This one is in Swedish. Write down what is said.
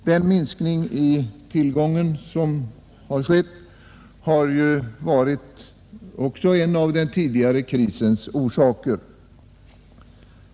Den minskning i tillgången som ägt rum har också varit en av den tidigare krisens orsaker.